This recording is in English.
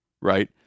right